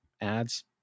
ads